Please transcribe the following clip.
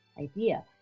idea